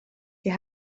you